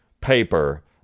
paper